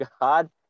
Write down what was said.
God